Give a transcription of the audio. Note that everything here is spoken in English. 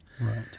Right